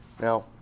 Now